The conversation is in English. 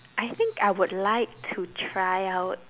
I think I would like to try out